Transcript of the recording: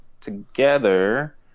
together